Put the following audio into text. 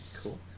Cool